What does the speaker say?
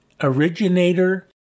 originator